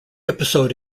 episode